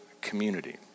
community